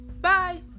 Bye